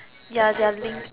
ya they are link